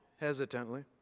hesitantly